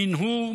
מנהור,